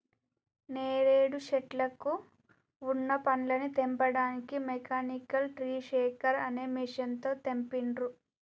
నేరేడు శెట్లకు వున్న పండ్లని తెంపడానికి మెకానికల్ ట్రీ షేకర్ అనే మెషిన్ తో తెంపిండ్రు